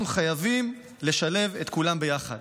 אנחנו חייבים לשלב את כולם ביחד.